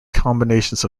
combinations